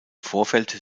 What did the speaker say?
vorfeld